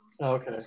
Okay